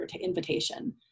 invitation